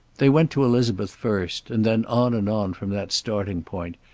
they went to elizabeth first, and then on and on from that starting point,